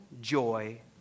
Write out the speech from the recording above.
joy